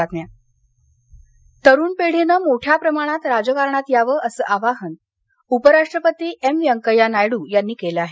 छात्र संसद तरुण पिढीनं मोठ्या प्रमाणात राजकारणात यावं असं आवाहन उपराष्ट्रपती व्यंकय्या नायडू यांनी केलं आहे